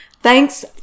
thanks